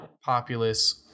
populace